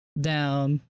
down